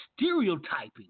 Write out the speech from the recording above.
stereotyping